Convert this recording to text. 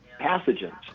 pathogens